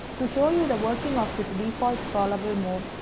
to show you the working of this default scrollable mode,